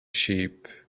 sheep